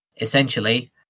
essentially